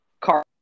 car